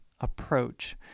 approach